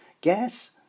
Gas